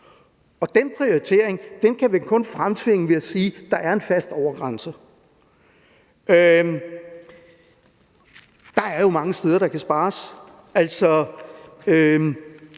og den prioritering kan vi kun fremtvinge ved at sige, at der er en fast overgrænse. Der er jo mange steder, hvor der kan spares.